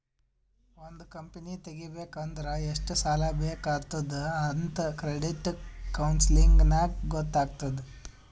ಒಂದ್ ಕಂಪನಿ ತೆಗಿಬೇಕ್ ಅಂದುರ್ ಎಷ್ಟ್ ಸಾಲಾ ಬೇಕ್ ಆತ್ತುದ್ ಅಂತ್ ಕ್ರೆಡಿಟ್ ಕೌನ್ಸಲಿಂಗ್ ನಾಗ್ ಗೊತ್ತ್ ಆತ್ತುದ್